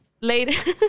Later